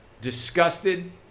disgusted